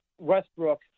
Westbrook